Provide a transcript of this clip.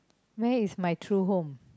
where is my true home